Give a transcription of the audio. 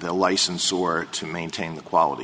the license were to maintain the quality